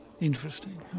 Interesting